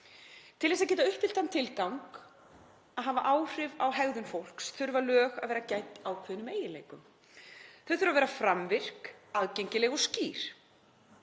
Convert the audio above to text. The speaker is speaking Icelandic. Til þess að geta uppfyllt þann tilgang að hafa áhrif á hegðun fólks þurfa lög að vera gædd ákveðnum eiginleikum. Þau þurfa að vera framvirk, aðgengileg og skýr.